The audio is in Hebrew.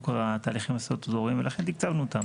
כל התהליכים הסדורים ולכן תקצבנו אותם.